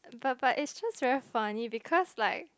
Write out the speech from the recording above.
but but it just very funny because like